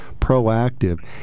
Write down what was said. proactive